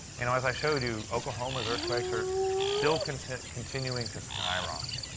you know, as i've showed you, oklahoma's earthquakes are still continuing continuing to skyrocket.